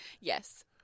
Yes